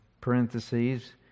parentheses